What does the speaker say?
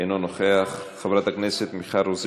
אינו נוכח, חברת הכנסת מיכל רוזין,